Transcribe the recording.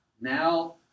now